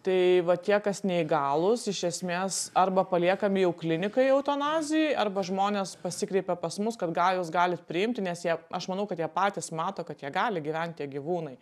tai vat tie kas neįgalūs iš esmės arba paliekami jau klinikai eutanazijai arba žmonės pasikreipia pas mus kad gal jūs galit priimti nes jie aš manau kad jie patys mato kad jie gali gyvent tie gyvūnai